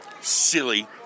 silly